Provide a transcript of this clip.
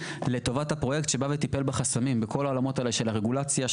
לטובת הפרויקט שטיפל בחסמים בכל העולמות האלה של הרגולציה,